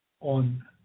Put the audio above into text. on